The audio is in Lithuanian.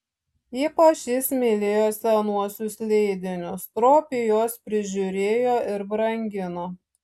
ypač jis mylėjo senuosius leidinius stropiai juos prižiūrėjo ir brangino